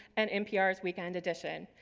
and npr's weekend edition.